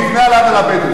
נבנה עליו לבדואים.